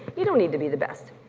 you don't need to be the best.